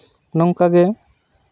ᱱᱚᱝᱠᱟᱜᱮ